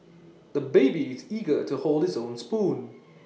the baby is eager to hold his own spoon